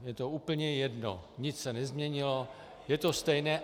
Je to úplně jedno, nic se nezměnilo, je to stejné.